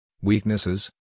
weaknesses